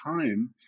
time